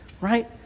Right